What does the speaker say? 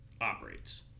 operates